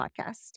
podcast